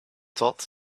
taught